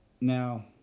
Now